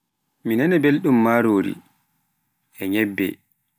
Mi nanaana belɗum marori e nyebbe.